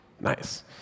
Nice